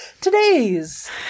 today's